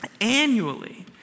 Annually